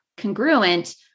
congruent